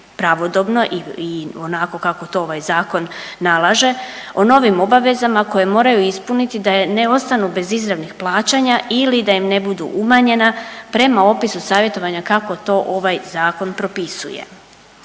pravodobno i onako kako to ovaj zakon nalaže o novim obavezama koje moraju ispuniti da ne ostanu bez izravnih plaćanja ili da im ne budu umanjena prema opisu savjetovanja kako to ovaj Zakon propisuje.